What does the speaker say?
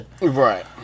Right